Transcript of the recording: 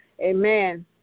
Amen